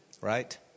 Right